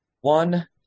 one